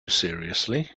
seriously